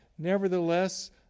Nevertheless